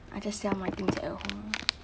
I just sell my things at home